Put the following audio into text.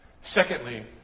Secondly